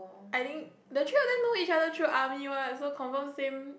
I think the three of them know each other through army one so confirm same